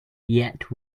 yet